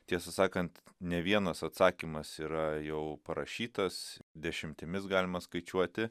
tiesą sakant ne vienas atsakymas yra jau parašytas dešimtimis galima skaičiuoti